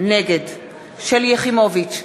נגד שלי יחימוביץ,